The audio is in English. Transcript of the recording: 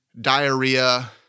diarrhea